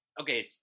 okay